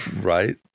Right